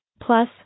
Plus